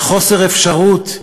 על חוסר אפשרות,